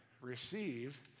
receive